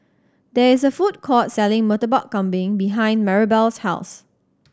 there is a food court selling Murtabak Kambing behind Maribel's house